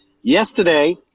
Yesterday